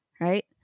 right